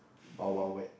Wild-Wild-Wet